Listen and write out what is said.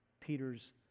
Peter's